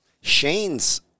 Shane's